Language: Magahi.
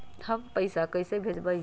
हम पैसा कईसे भेजबई?